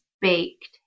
baked